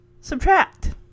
Subtract